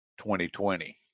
2020